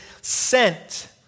sent